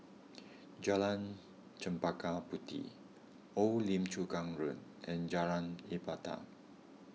Jalan Chempaka Puteh Old Lim Chu Kang Road and Jalan Ibadat